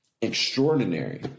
extraordinary